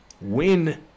win